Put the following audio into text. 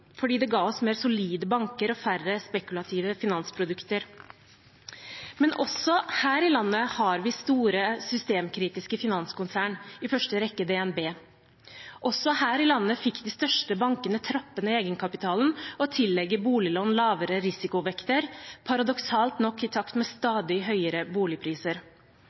fordi det ga oss mer solide banker og færre spekulative finansprodukter. Men også her i landet har vi store systemkritiske finanskonsern, i første rekke DNB. Også her i landet fikk de største bankene trappe ned egenkapitalen og tillegge boliglån lavere risikovekter – paradoksalt nok i takt med stadig høyere boligpriser.